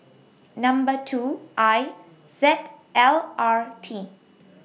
Number two I Z L R T